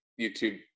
YouTube